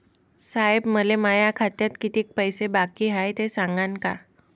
साहेब, मले माया खात्यात कितीक पैसे बाकी हाय, ते सांगान का?